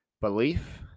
belief